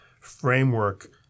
framework